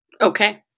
Okay